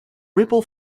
ripple